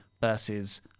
versus